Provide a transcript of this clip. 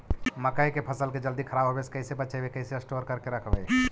मकइ के फ़सल के जल्दी खराब होबे से कैसे बचइबै कैसे स्टोर करके रखबै?